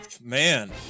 Man